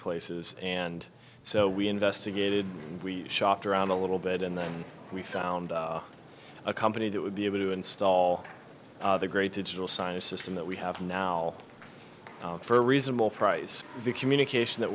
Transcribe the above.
places and so we investigated we shopped around a little bit and then we found a company that would be able to install the great to digital signage system that we have now for a reasonable price the communication that